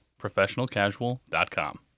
professionalcasual.com